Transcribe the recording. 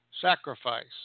sacrifice